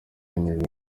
yemejwe